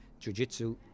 Jujitsu